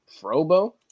Frobo